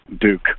Duke